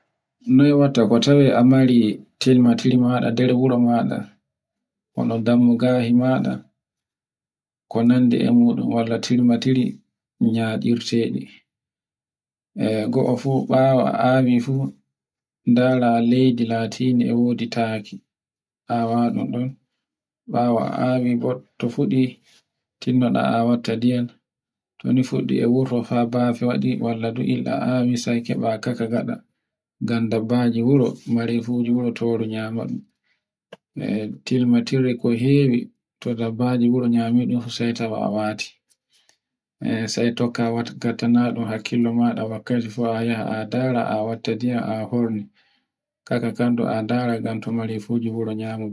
noy watta ko tawe ammeri timatilmare dewi nder wuro maɗa, onon dammuga hemaɗa ko nandi e moɗum walltirma tiri nyaɗiteri. E goo fu bawo awi fu ndara leydi latindi e wodi taki awa ɗun ɗon, bawo awi, to fuɗi tinnoɗa a watta ndiyam, to ni fuɗɗi e warta wurto fa bafe ɗi, sai keba ka kaɗa. ngam dabbaji wuro, mare fuji nyamu, to dabbaji wuro nmi sai tawa a wati.